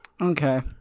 Okay